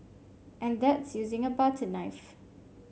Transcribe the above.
and that's using a butter knife